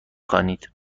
خوانید